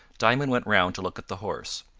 diamond went round to look at the horse.